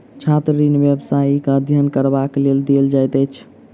छात्र ऋण व्यवसायिक अध्ययन करबाक लेल देल जाइत अछि